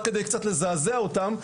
רק כדי קצת לזעזע אותם,